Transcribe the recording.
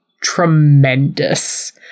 tremendous